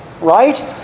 right